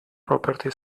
property